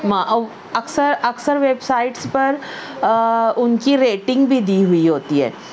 اکثر اکثر websites پر ان کی ریٹنگ بھی دی ہوئی ہوتی ہے